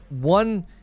one